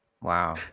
Wow